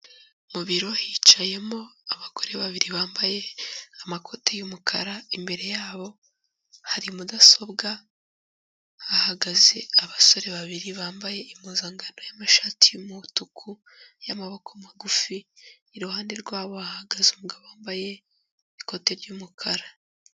Mu biro hicayemo abagore babiri bambaye amakoti y'umukara, imbere yabo hari mudasobwa, hahagaze abasore babiri bambaye impuzankano y'amashati y'umutuku y'amaboko magufi, iruhande rwabo hahagaze umugabo wambaye ikoti ry'umukara.